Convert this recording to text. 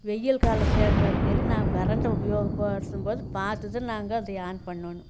வெயில் காலத்துலேயா இருந்தாலும் சரி நாம் கரெண்ட்டை உபயோகப்படுத்தும் போது பார்த்து தான் நாங்கள் அதை ஆன் பண்ணணும்